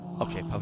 okay